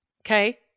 okay